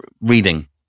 reading